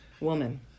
woman